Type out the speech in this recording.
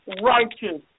righteous